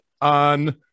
on